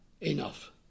enough